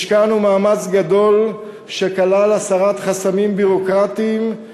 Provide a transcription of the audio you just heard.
השקענו מאמץ גדול שכלל הסרת חסמים ביורוקרטיים,